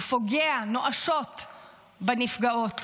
ופוגע נואשות בנפגעות.